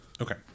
Okay